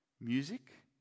music